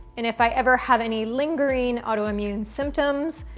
and if i ever have any lingering autoimmune symptoms,